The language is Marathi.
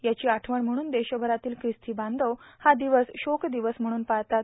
याची आठवण ठेवून देशभरातील खिस्ती बांधव हा दिवस शोकदिवस म्हणून पाळतात